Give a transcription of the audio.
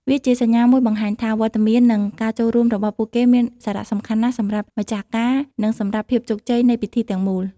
វាជាសញ្ញាមួយបង្ហាញថា វត្តមាន និងការចូលរួមរបស់ពួកគេមាន សារៈសំខាន់ ណាស់សម្រាប់ម្ចាស់ការ និងសម្រាប់ភាពជោគជ័យនៃពិធីទាំងមូល។